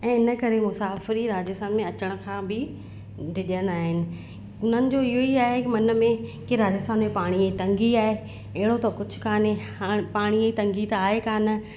ऐं हिन करे मुसाफ़िरी राजस्थान में अचण खां बि ढिॼंदा आहिनि हुननि जो इहो ई आए मन में की राजस्थान में पाणीअ ई तंगी आहे अहिड़ो त कुझु कोन्हे हाणे पाणीअ जी तंगी त आहे कोन